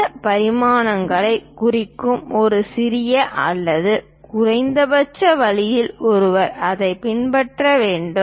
இந்த பரிமாணங்களைக் குறிக்கும் ஒரு சிறிய அல்லது குறைந்தபட்ச வழியில் ஒருவர் அதைப் பின்பற்ற வேண்டும்